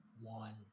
One